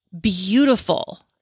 beautiful